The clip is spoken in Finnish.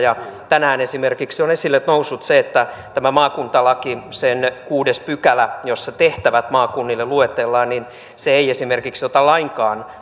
tänään esimerkiksi on esille noussut se että maakuntalaki sen kuudes pykälä jossa tehtävät maakunnille luetellaan ei esimerkiksi ota lainkaan